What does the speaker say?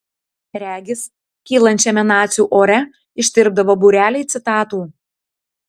regis kylančiame nacių ore ištirpdavo būreliai citatų